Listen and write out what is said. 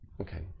Okay